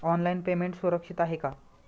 Online payment सुरक्षित आहे का?